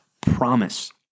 promise